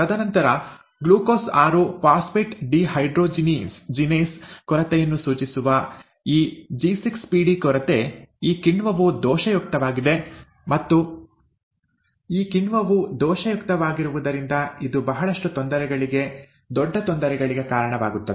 ತದನಂತರ glucose 6 phosphate dehydrogenase ಕೊರತೆಯನ್ನು ಸೂಚಿಸುವ ಈ ಜಿ6ಪಿಡಿ ಕೊರತೆ ಈ ಕಿಣ್ವವು ದೋಷಯುಕ್ತವಾಗಿದೆ ಮತ್ತು ಈ ಕಿಣ್ವವು ದೋಷಯುಕ್ತವಾಗಿರುವುದರಿಂದ ಇದು ಬಹಳಷ್ಟು ತೊಂದರೆಗಳಿಗೆ ದೊಡ್ಡ ತೊಂದರೆಗಳಿಗೆ ಕಾರಣವಾಗುತ್ತದೆ